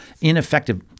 Ineffective